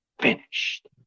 finished